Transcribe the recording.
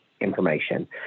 information